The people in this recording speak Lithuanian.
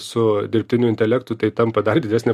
su dirbtiniu intelektu tai tampa dar didesnė